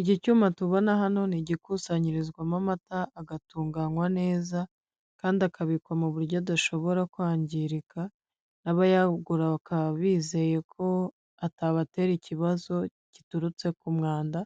Iki cyuma tubona hano ni igikusanyirizwamo amata agatunganywa neza, kandi akabikwa mu buryo adashobora kwangirika n'abayagura bakaba bizeye ko atabatera ikibazo giturutse ku mwanda,